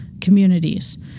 communities